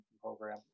Program